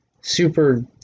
super